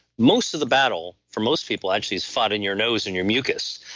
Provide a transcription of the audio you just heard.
most of the battle for most people actually, it's fought in your nose and your mucus.